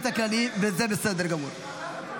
(קוראת בשמות חברי הכנסת)